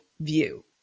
view